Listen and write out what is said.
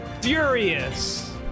furious